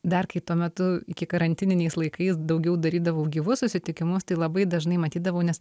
dar kai tuo metu iki karantininiais laikais daugiau darydavau gyvus susitikimus tai labai dažnai matydavau nes